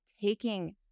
Taking